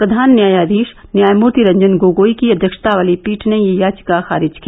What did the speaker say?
प्रधान न्यायाधीश न्यायमूर्ति रंजन गोगोई की अध्यक्षता वाली पीठ ने यह याचिका खारिज की